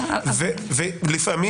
ובמקרה